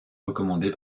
recommandée